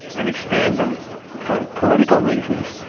and expand them for political reasons,